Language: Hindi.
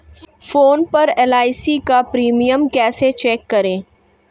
फोन पर एल.आई.सी का प्रीमियम कैसे चेक करें?